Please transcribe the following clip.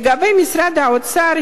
לגבי משרד האוצר,